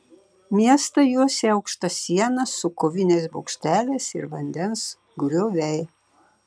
miestą juosė aukšta siena su koviniais bokšteliais ir vandens grioviai